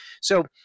So-